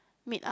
meet up